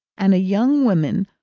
and a young woman,